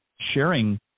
sharing